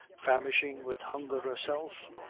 famishing wid hunger herself?